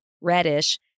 reddish